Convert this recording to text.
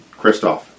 Kristoff